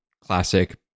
classic